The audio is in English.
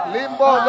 Limbo